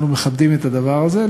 אנחנו מכבדים את הדבר הזה.